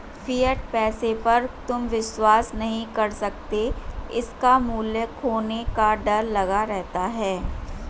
fiat पैसे पर तुम विश्वास नहीं कर सकते इसका मूल्य खोने का डर लगा रहता है